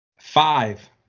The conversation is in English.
Five